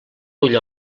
ull